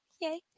Yay